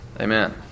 Amen